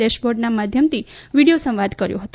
ડેશબોર્ડના માધ્યમથી વિડીયો સંવાદ કર્યો હતો